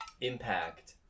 impact